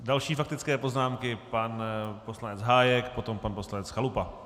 Další faktické poznámky: pan poslanec Hájek, potom pan poslanec Chalupa.